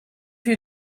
you